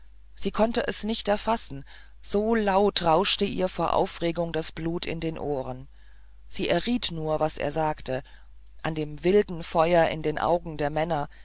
sie konnten es nicht erfassen so laut rauschte ihr vor aufregung das blut in den ohren sie erriet nur was er sagte an dem wilden feuer in den augen der männer